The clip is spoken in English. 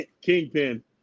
Kingpin